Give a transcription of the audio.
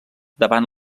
davant